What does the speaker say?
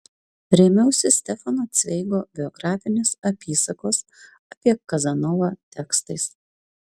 rėmiausi stefano cveigo biografinės apysakos apie kazanovą tekstais